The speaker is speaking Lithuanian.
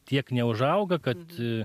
tiek neužauga kad